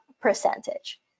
percentage